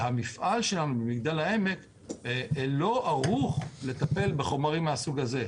והמפעל שלנו במגדל העמק לא ערוך לטפל בחומרים מהסוג הזה.